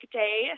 day